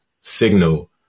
Signal